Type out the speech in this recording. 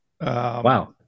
Wow